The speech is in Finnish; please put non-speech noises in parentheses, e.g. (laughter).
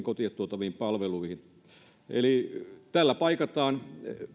(unintelligible) kotiin tuotaviin palveluihin eli tällä paikataan